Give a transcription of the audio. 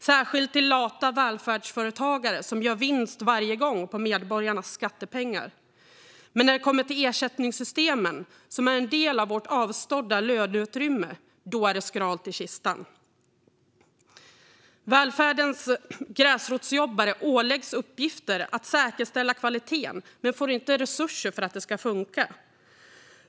Särskilt till lata välfärdsföretagare som gör vinst varje gång på medborgarnas skattepengar. Men när det kommer till ersättningsystemen, som är en del av avstått löneutrymme, är det skralt i kistan. Välfärdens gräsrotsjobbare åläggs uppgiften att säkerställa kvaliteten men får inte resurser för att det ska funka.